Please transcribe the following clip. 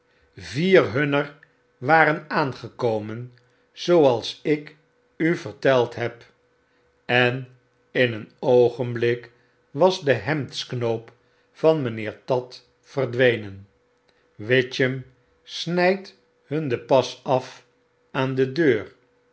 vier hunner waren aangekomen zcoals ik u verteld heb en in een oogenblik was de hemdsknoop van mynheer tatt verdwenen witchem snydt hun de pas af aan de deur